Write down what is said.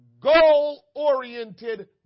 goal-oriented